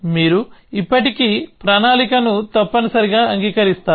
మీరు ఇప్పటికీ ప్రణాళిక ను తప్పనిసరిగా అంగీకరిస్తారు